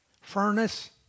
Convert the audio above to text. Furnace